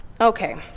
Okay